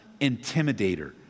intimidator